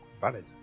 valid